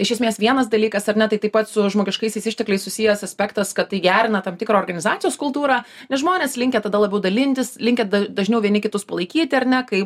iš esmės vienas dalykas ar ne tai taip pat su žmogiškaisiais ištekliais susijęs aspektas kad tai gerina tam tikrą organizacijos kultūrą nes žmonės linkę tada labiau dalintis linkę dažniau vieni kitus palaikyti ar ne kai